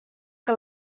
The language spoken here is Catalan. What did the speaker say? que